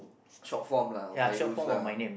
short form lah five rules lah